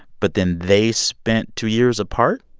but then they spent two years apart?